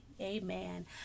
Amen